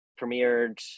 premiered